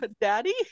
Daddy